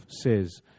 says